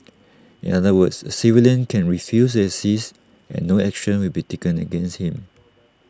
in other words A civilian can refuse to assist and no action will be taken against him